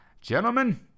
Gentlemen